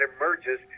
emerges